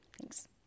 Thanks